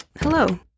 hello